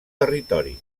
territori